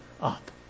up